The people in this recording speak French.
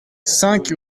cinq